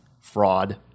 fraud